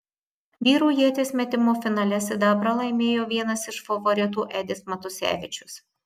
vyrų ieties metimo finale sidabrą laimėjo vienas iš favoritų edis matusevičius